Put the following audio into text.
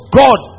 god